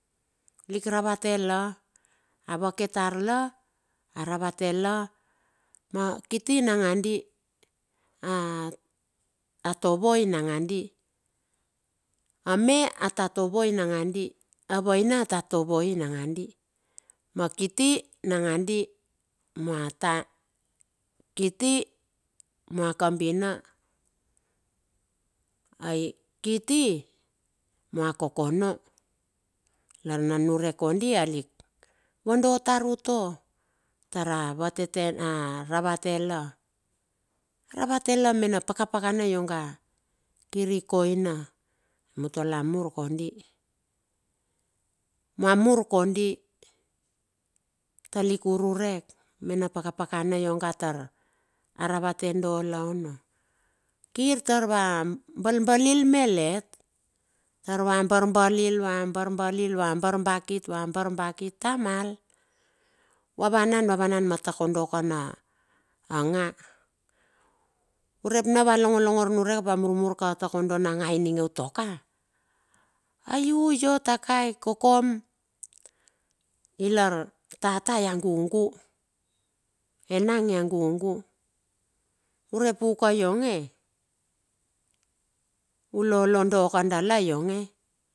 Lik ravate la a vaki tar la. a ravate la ma kiti nangandi, a atovoi nangandi. A me a ta tovoi nangandi, a vaina a ta tovoi nagandi. Ma kiti nangandi mua ta, kiti mua kabina, ai kiti mua kokono, lar na niurek kondi a lik vado tar utua, tar a vatete a ravate la. Ravate la me na pakapaka ongai kir i koina, mutol a mar kondi, mua mur kondi, talik ururek me na pakapakana ionga tar aravate do la ono. Kir taur va balbalil malet, taur va bar balil va bar balil va bar bakit, va bar bakit tamal. Vavanan, vananan ma takodo na nga, urep na va longolongor niurek up va murmur ka ta kodo na nga ininge tuaka. Ai u io takai kokom. Lar tata ya gugu, enang ya gugu, urep u ka ionge, u lolo do ka dala ionge.